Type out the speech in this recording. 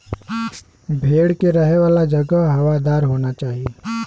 भेड़ के रहे वाला जगह हवादार होना चाही